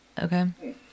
Okay